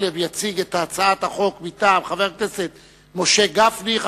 מקלב יציג את הצעת החוק מטעם חבר הכנסת משה גפני,